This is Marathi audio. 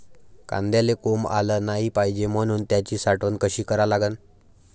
कांद्याले कोंब आलं नाई पायजे म्हनून त्याची साठवन कशी करा लागन?